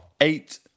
eight